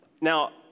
Now